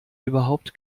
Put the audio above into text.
überhaupt